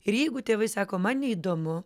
ir jeigu tėvai sako man neįdomu